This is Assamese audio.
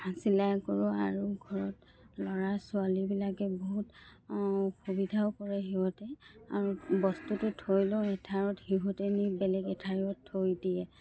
চিলাই কৰোঁ আৰু ঘৰত ল'ৰা ছোৱালীবিলাকে বহুত অসুবিধাও কৰে সিহঁতে আৰু বস্তুটো থৈ লওঁ এঠাইত সিহঁতে নি বেলেগ এঠাইত থৈ দিয়ে